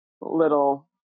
little